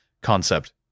concept